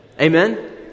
Amen